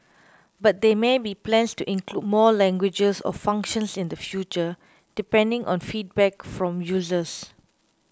but there may be plans to include more languages or functions in the future depending on feedback from users